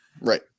Right